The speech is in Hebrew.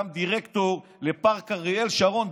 גם דירקטור לפארק אריאל שרון,